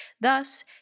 Thus